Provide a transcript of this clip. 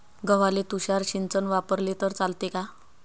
गव्हाले तुषार सिंचन वापरले तर चालते का?